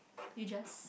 you just